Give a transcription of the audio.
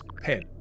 pen